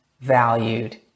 valued